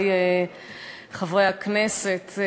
חברי חברי הכנסת,